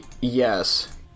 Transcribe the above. yes